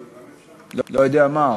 לא יודע מה,